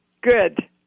Good